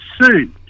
suit